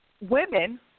women